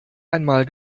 einmal